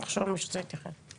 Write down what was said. אם מישהו רוצה להתייחס.